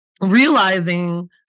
Realizing